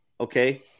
Okay